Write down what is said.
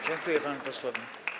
Dziękuję panu posłowi.